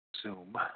Zoom